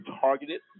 targeted